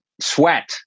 sweat